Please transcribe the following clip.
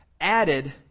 added